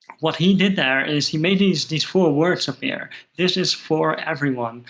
what he did there is he made these these four words appear this is for everyone.